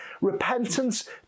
repentance